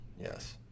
Yes